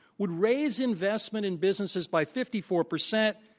would raise investment in businesses by fifty four percent,